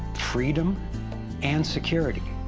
freedom and security.